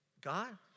God